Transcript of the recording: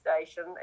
station